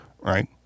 right